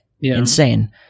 insane